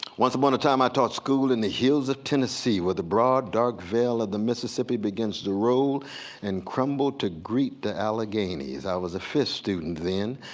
once upon a time i taught school in the hills of tennessee, where the broad dark vale of the mississippi begins to roll and crumple to greet the alleghanies. i was a fisk student then,